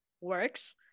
works